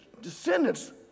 descendants